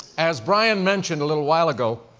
as brian mentioned little while ago,